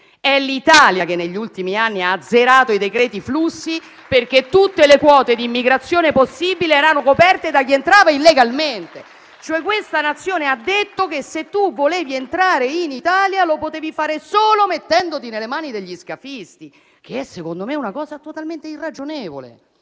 È l'Italia che negli ultimi anni ha azzerato i decreti flussi, perché tutte le quote di immigrazione possibili erano coperte da chi entrava illegalmente. Questa Nazione in sostanza diceva che chi voleva entrare in Italia lo poteva fare solo mettendosi nelle mani degli scafisti. È questa secondo me è una cosa totalmente irragionevole.